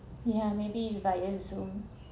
yeah maybe by a zoom